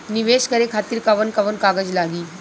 नीवेश करे खातिर कवन कवन कागज लागि?